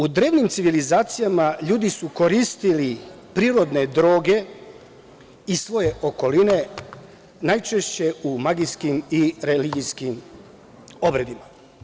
U drevnim civilizacijama ljudi su koristili prirodne droge iz svoje okoline najčešće u magijskim i religijskim obredima.